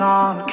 on